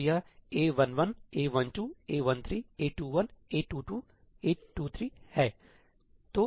तो यह A11 A12 A13 A21 A22 A23 है